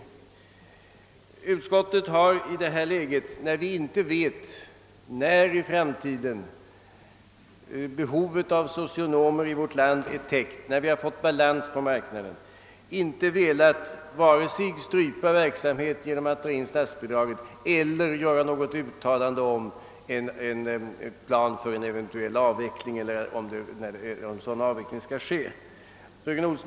Eftersom vi inte vet när behovet av socionomer blir täckt i framtiden och balans uppnåtts på marknaden har utskottet inte velat strypa verksamheten vid Stora Sköndal genom att tillstyrka indragning av statsbidraget, och utskottet har inte heller velat göra upp någon plan för avveckling av statsbidraget där eller uttala sig om när en eventuell avveckling skulle ske. Herr talman!